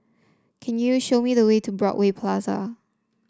can you show me the way to Broadway Plaza